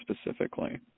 specifically